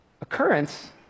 occurrence